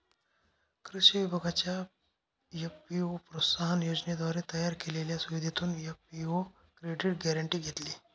कृषी विभागाच्या एफ.पी.ओ प्रोत्साहन योजनेद्वारे तयार केलेल्या सुविधेतून एफ.पी.ओ क्रेडिट गॅरेंटी घेतली